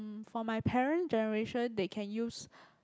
for my parent generation they can use